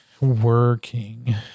Working